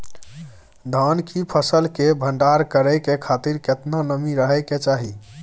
धान की फसल के भंडार करै के खातिर केतना नमी रहै के चाही?